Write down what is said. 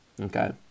Okay